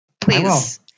please